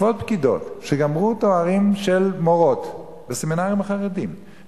יושבות פקידות שגמרו תארים של מורות בסמינרים החרדיים,